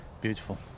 Beautiful